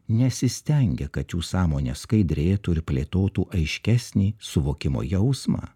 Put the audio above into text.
nesistengia kad jų sąmonę skaidrėtų ir plėtotų aiškesnį suvokimo jausmą